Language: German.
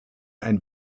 ein